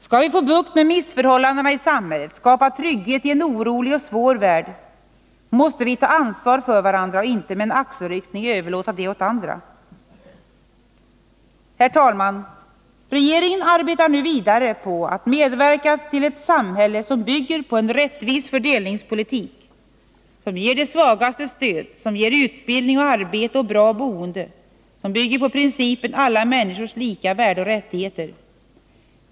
Skall vi få bukt med missförhållandena i samhället — skapa trygghet i en orolig och svår värld — måste vi ta ansvar för varandra och inte med en axelryckning överlåta det åt andra. Herr talman! Regeringen arbetar nu vidare på att medverka till ett samhälle som bygger på en rättvis fördelningspolitik, som ger de svagaste stöd, som ger utbildning och arbete samt bra boende, som bygger på principen om alla människors lika värde och lika rättigheter.